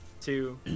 two